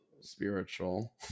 spiritual